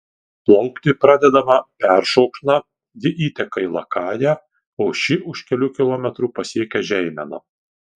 plaukti pradedama peršokšna ji įteka į lakają o ši už kelių kilometrų pasiekia žeimeną